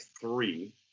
three